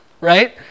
right